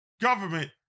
government